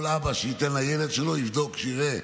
כל אב שייתן לילד שלו, יבדוק ויראה